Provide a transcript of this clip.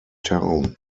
town